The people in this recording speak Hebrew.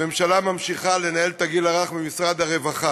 הממשלה ממשיכה לנהל את הגיל הרך ממשרד הרווחה.